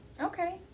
Okay